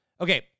Okay